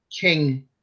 King